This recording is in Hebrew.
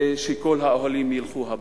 ושכל דיירי האוהלים ילכו הביתה.